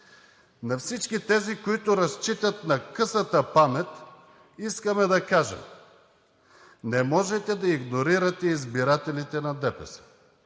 На всички тези, които разчитат на късата памет, искаме да кажем: не можете да игнорирате избирателите на ДПС!